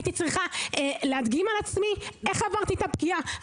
הייתי צריכה להדגים על עצמי איך עברתי את הפגיעה,